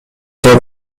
топ